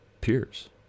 peers